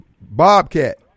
Bobcat